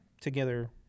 together